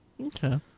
Okay